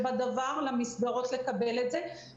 בשלב הזה אנחנו עושים את זה רק לפי האינדיקציה הקלינית והאפידמיולוגית,